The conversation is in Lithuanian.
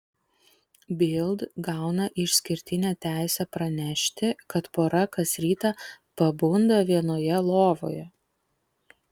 bild gauna išskirtinę teisę pranešti kad pora kas rytą pabunda vienoje lovoje